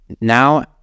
Now